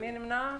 מי נמנע?